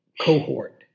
cohort